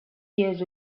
years